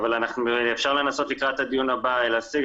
אפשר לנסות לקראת הדיון הבא להציג.